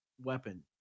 weapon